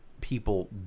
people